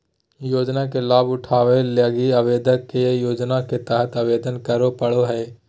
योजना के लाभ उठावे लगी आवेदक के योजना के तहत आवेदन करे पड़ो हइ